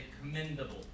commendable